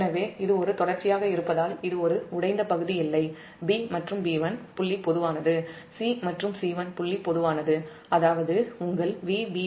எனவே இது ஒரு தொடர்ச்சியாக இருப்பதால் இது ஒரு உடைந்த பகுதி இல்லை b மற்றும் b1 புள்ளி பொதுவானது c மற்றும் c1 புள்ளி பொதுவானது அதாவது உங்கள் Vbb1 Vcc1 0